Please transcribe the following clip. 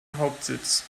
hauptsitz